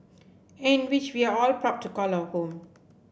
and which we are all proud to call our home